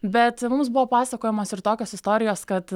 bet mums buvo pasakojamos ir tokios istorijos kad